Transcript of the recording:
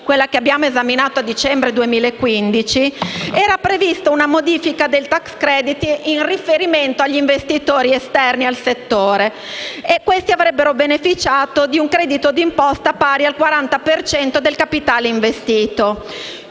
2016, che abbiamo esaminato a dicembre 2015, era prevista una modifica del tax credit con ri- ferimento agli investitori esterni al settore. Questi avrebbero beneficiato di un credito d’imposta pari al 40 per cento del capitale investito.